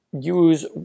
use